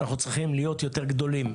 אנחנו צריכים להיות יותר גדולים,